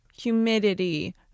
humidity